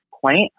point